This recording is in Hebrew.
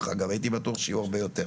הייתי בטוח שיהיו הרבה יותר.